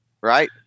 right